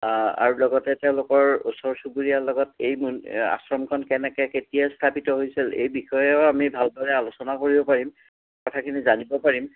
আৰু লগতে তেওঁলোকৰ ওচৰ চুবুৰীয়াৰ লগত এই মুনি আশ্ৰমখন কেনেকৈ কেতিয়া স্থাপিত হৈছিল এই বিষয়েও আমি ভালদৰে আলোচনা কৰিব পাৰিম কথাখিনি জানিব পাৰিম